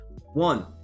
one